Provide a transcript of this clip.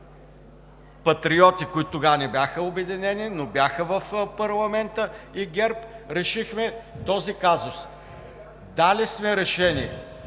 Патриотите, които тогава не бяха „Обединени“, но бяха в парламента, и ГЕРБ решихме този казус. Дали сме решение.